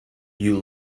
you